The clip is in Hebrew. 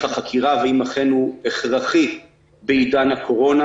החקירה ואם אכן הוא הכרחי בעידן הקורונה,